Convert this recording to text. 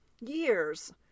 years